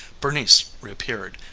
bernice reappeared,